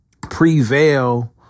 prevail